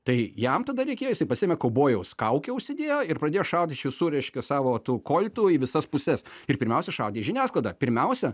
tai jam tada reikėjo jisai pasiėmė kaubojaus kaukę užsidėjo ir pradėjo šaudyt iš visų reiškia savo tų koltų į visas puses ir pirmiausia šaudė į žiniasklaidą pirmiausia